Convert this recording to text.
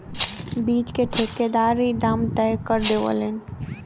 बीच क ठेकेदार ही दाम तय कर देवलन